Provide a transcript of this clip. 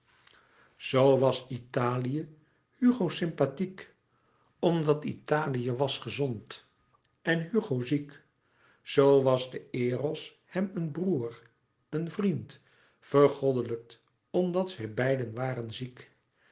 zoo was italië hugo sympathiek omdat italië was gezond en hugo ziek zoo was de eros hem een broêr een vriend vergoddelijkt omdat zij beiden waren ziek